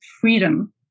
freedom